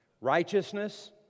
Righteousness